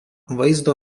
vaizdo